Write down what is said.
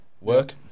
work